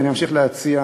ואני אמשיך להציע,